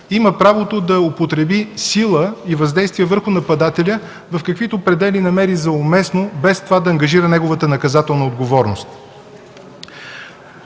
има правото да употреби сила и въздействие върху нападателя в каквито предели намери за уместно, без това да ангажира неговата наказателна отговорност.